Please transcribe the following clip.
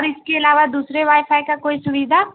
اور اس کے علاوہ دوسرے وائی فائی کا کوئی سویدھا